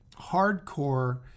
hardcore